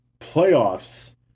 playoffs